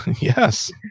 Yes